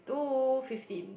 two fifteen